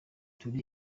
turi